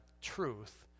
truth